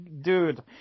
dude